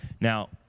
Now